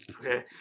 okay